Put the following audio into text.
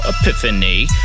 epiphany